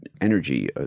energy